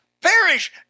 perish